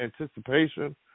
anticipation